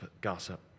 gossip